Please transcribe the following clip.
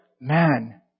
man